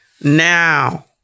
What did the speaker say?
Now